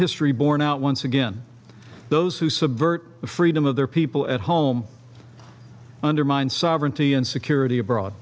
history borne out once again those who subvert the freedom of their people at home undermine sovereignty and security abroad